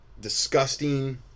disgusting